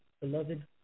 Beloved